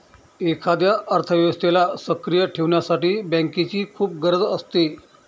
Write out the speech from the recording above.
एखाद्या अर्थव्यवस्थेला सक्रिय ठेवण्यासाठी बँकेची खूप गरज असते